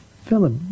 Philip